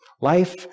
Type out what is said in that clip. Life